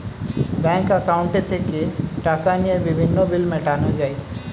bank অ্যাকাউন্টে থেকে টাকা নিয়ে বিভিন্ন বিল মেটানো যায়